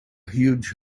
huge